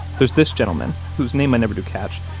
there's this gentleman, whose name i never do catch,